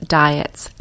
diets